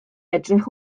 edrych